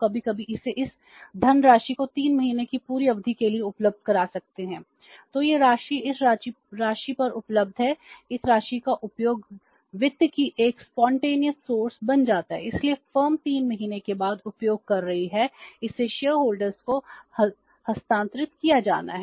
इसलिए फर्म 3 महीने के बाद उपयोग कर रही है इसे शेयरधारकों को हस्तांतरित किया जाना है